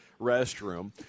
restroom